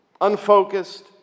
unfocused